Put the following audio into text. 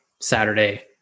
Saturday